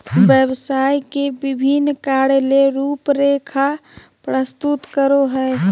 व्यवसाय के विभिन्न कार्य ले रूपरेखा प्रस्तुत करो हइ